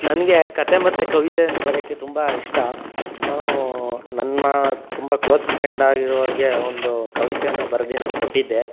ನನಗೆ ಕತೆ ಮತ್ತು ಕವಿತೆಯನ್ನು ಬರೆಯೊಕ್ಕೆ ತುಂಬ ಇಷ್ಟ ನಾನು ನನ್ನ ತುಂಬ ಕ್ಲೋಸ್ ಫ್ರೆಂಡಾಗಿರುವವರ್ಗೆ ಒಂದು ಕವಿತೆಯನ್ನು ಬರ್ದು ನಾನು ಕೊಟ್ಟಿದ್ದೆ